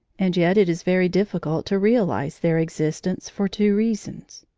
and yet it is very difficult to realise their existence, for two reasons.